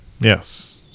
Yes